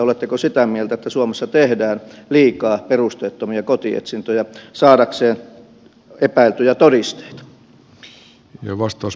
oletteko sitä mieltä että suomessa tehdään liikaa perusteettomia kotietsintöjä saadakseen epäiltyjä todisteita